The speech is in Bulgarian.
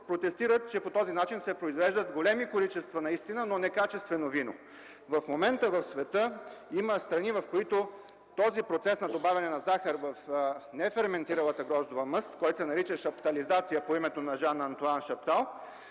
райони) – че по този начин се произвеждат големи количества наистина, но некачествено вино. В момента в света има страни, в които този процес на добавяне на захар в неферментиралата гроздова мъст, което се нарича шаптализация – по името на Жан-Антоан Шаптал,